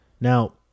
Now